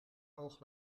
oog